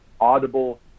audible